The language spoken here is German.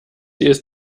ist